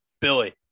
Billy